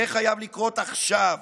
זה חייב לקרות עכשיו,